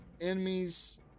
enemies